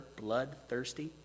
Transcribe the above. bloodthirsty